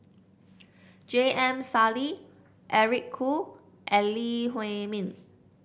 J M Sali Eric Khoo and Lee Huei Min